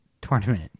tournament